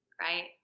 right